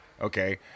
okay